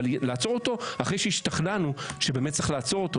אבל לעצור אותו אחרי שהשתכנענו שבאמת צריך לעצור אותו,